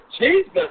Jesus